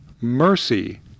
mercy